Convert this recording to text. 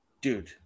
Dude